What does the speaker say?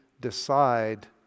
decide